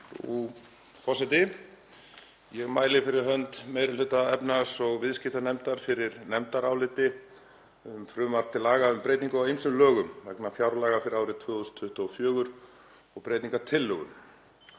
forseti. Ég mæli fyrir hönd meiri hluta efnahags- og viðskiptanefndar fyrir nefndaráliti um frumvarp til laga um breytingu á ýmsum lögum vegna fjárlaga fyrir árið 2024 og breytingartillögum.